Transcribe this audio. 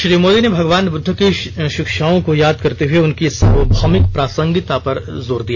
श्री मोदी ने भगवान बुद्ध की शिक्षाओं को याद करते हुए उनकी सार्वभौमिक प्रासंगिकता पर जोर दिया